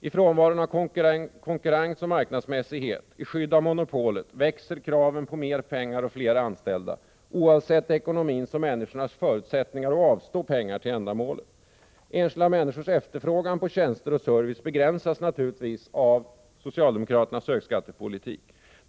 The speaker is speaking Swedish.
I frånvaron av konkurrens och marknadsmässighet, i skydd av monopolet, växer kraven på mer pengar och fler anställda, oavsett ekonomins och människornas förutsättningar att avstå pengar till ändamålet. Enskilda människors efterfrågan på tjänster och service begränsas naturligtvis av socialdemokraternas högskattepolitik.